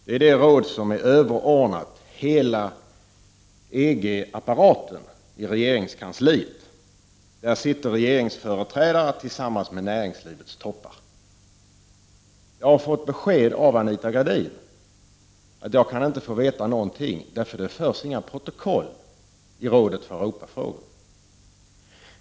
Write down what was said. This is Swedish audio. Det är det råd som är överordnat hela EG-apparaten i regeringskansliet. Där sitter regeringsföreträdare tillsammans med näringslivets toppar. Jag har fått besked av Anita Gradin att jag inte kan få veta någonting, för det förs inga protokoll i rådet för Europafrågor!